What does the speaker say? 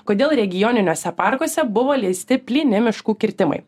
kodėl regioniniuose parkuose buvo leisti plyni miškų kirtimai